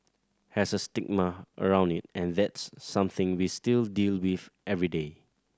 has a stigma around it and that's something we still deal with every day